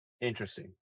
interesting